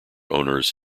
owners